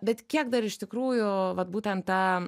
bet kiek dar iš tikrųjų vat būtent ta